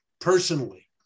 personally